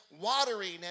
watering